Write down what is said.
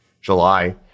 July